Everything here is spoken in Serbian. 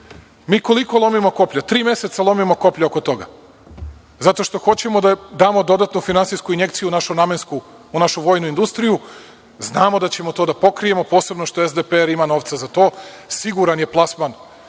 Mi koliko lomimo koplja? Tri meseca lomimo koplja oko toga, zato što hoćemo da damo dodatnu finansijsku injekciju u našu namensku, u našu vojnu industriju. Znamo da ćemo to da pokrijemo, posebno što SDPR ima novca za to. Siguran je plasman